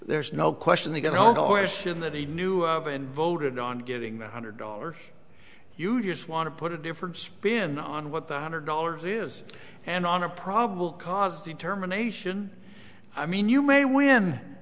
there's no question they got all the horse in that he knew of and voted on getting that hundred dollars you just want to put a different spin on what the hundred dollars is and on a probable cause determination i mean you may win